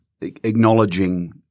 Acknowledging